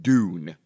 Dune